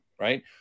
right